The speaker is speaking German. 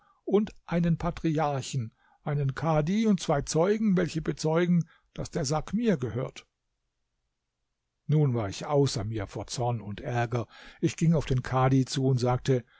und einen patriarchen einen kadhi und zwei zeugen welche bezeugen daß der sack mir gehört nun war ich außer mir vor zorn und ärger ich ging auf den kadhi zu und sagte